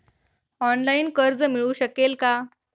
Online कर्ज मिळू शकेल का?